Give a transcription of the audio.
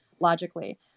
logically